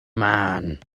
man